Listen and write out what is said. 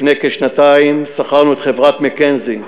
לפני כשנתיים שכרנו את חברת "מקינזי"